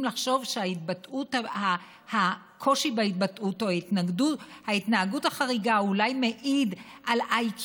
לחשוב שהקושי בהתבטאות או ההתנהגות החריגה אולי מעידים על IQ נמוך,